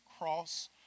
cross